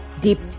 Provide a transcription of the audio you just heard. deep